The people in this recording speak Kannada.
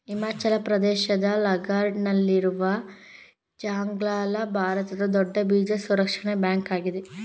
ಹಿಮಾಚಲ ಪ್ರದೇಶದ ಲಡಾಕ್ ನಲ್ಲಿರುವ ಚಾಂಗ್ಲ ಲಾ ಭಾರತದ ದೊಡ್ಡ ಬೀಜ ಸಂರಕ್ಷಣಾ ಬ್ಯಾಂಕ್ ಆಗಿದೆ